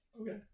Okay